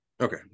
Okay